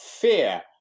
fear